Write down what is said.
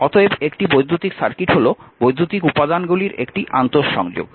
অতএব একটি বৈদ্যুতিক সার্কিট হল বৈদ্যুতিক উপাদানগুলির একটি আন্তঃসংযোগ